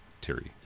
Terry